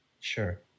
Sure